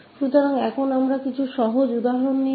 तो अब हम कुछ उदाहरण जारी रखेंगे जो तुच्छ हैं जो सरल हैं